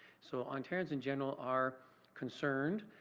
so, ontarians in general are concerned,